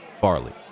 farley